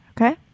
Okay